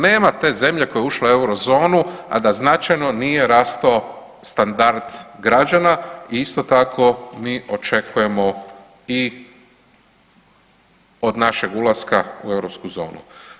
Nema te zemlje koja je ušla u Eurozonu, a da značajno nije rastao standard građana i isto tako mi očekujemo od našeg ulaska u europsku zonu.